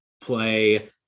play